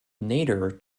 nader